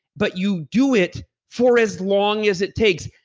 but you do it for as long as it takes,